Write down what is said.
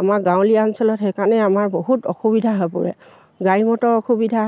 আমাৰ গাঁৱলীয়া অঞ্চলত সেইকাৰণে আমাৰ বহুত অসুবিধা হৈ পৰে গাড়ী মটৰ অসুবিধা